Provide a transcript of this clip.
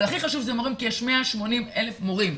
אבל הכי חשוב שזה מורים כי יש 180,000 מורים,